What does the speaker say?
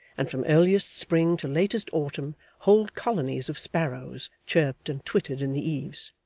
and from earliest spring to latest autumn whole colonies of sparrows chirped and twittered in the eaves.